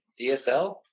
dsl